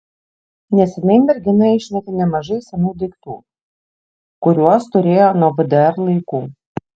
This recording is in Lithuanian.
neseniai mergina išmetė nemažai senų daiktų kuriuos turėjo nuo vdr laikų